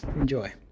Enjoy